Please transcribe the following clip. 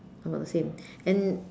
about the same and